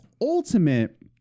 Ultimate